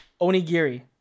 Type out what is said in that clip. Onigiri